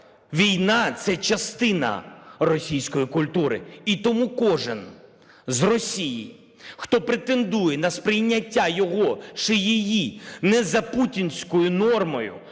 Війна – це частина російської культури. І тому кожен з Росії, хто претендує на сприйняття його чи її не за путінською нормою,